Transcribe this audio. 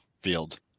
field